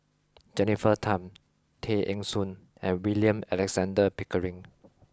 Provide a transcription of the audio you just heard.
Jennifer Tham Tay Eng Soon and William Alexander Pickering